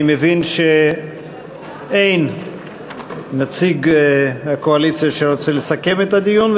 אני מבין שאין נציג הקואליציה שרוצה לסכם את הדיון,